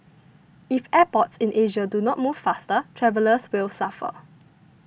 if airports in Asia do not move faster travellers will suffer